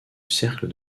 cercle